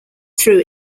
through